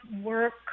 work